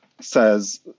says